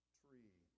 tree